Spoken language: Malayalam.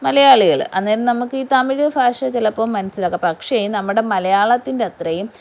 മലയാളികൾ അന്നേരം നമുക്ക് ഈ തമിഴ് ഭാഷ ചിലപ്പം മനസിലാക്കാം പക്ഷേ നമ്മുടെ മലയാളത്തിൻ്റെ അത്രയും